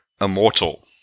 immortal